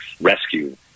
rescue